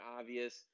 obvious